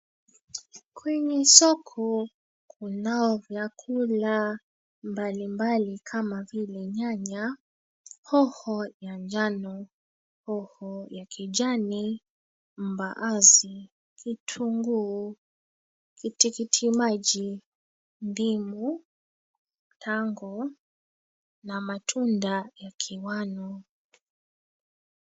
Kwenye soko kunao vyakula mbalimbali kama vile nyanya, hoho ya njano, hoho ya kijani, mbaazi, kitunguu, tikitiki maji, ndimu, tango, na matunda ya kiwano.